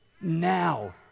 now